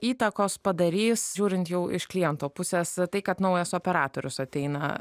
įtakos padarys žiūrint jau iš kliento pusės tai kad naujas operatorius ateina